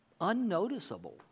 unnoticeable